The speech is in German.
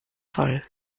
voll